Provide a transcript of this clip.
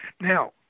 Now